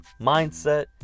mindset